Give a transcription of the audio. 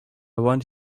want